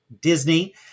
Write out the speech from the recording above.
Disney